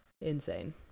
insane